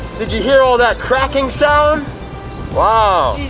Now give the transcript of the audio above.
did you hear all that cracking sound wow,